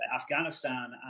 Afghanistan